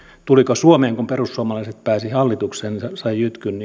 tuliko se suomeen kun perussuomalaiset pääsivät hallitukseen sai jytkyn